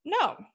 no